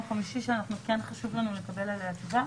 חמישי שכן חשוב לנו לקבל עליה תשובה.